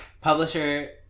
publisher